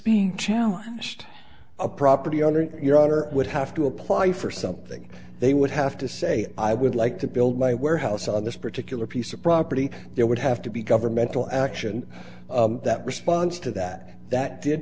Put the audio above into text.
being challenged a property owner in your honor would have to apply for something they would have to say i would like to build my warehouse on this particular piece of property there would have to be governmental action that responds to that that did